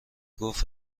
گفت